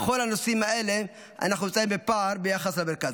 בכל הנושאים האלה אנחנו נמצאים בפער ביחס למרכז,